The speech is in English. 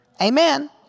Amen